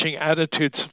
attitudes